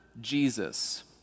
jesus